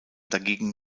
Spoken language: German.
dagegen